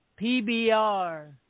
PBR